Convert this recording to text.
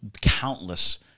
countless